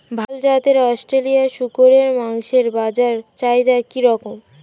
ভাল জাতের অস্ট্রেলিয়ান শূকরের মাংসের বাজার চাহিদা কি রকম?